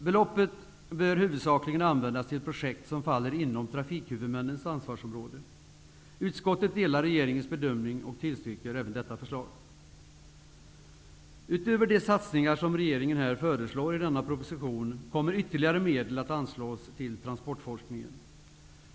Beloppet bör huvudsakligen användas till projekt som faller inom trafikhuvudmännens ansvarsområde. Utskottet delar regeringens bedömning och tillstyrker även detta förslag. Utöver de satsningar som regeringen föreslår i denna proposition kommer ytterligare medel att anslås till transportforskningen.